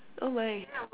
oh my